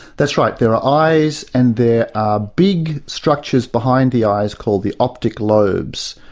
that's right. there are eyes and there are big structures behind the eyes called the optic lobes,